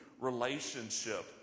relationship